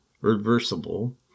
reversible